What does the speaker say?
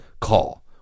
call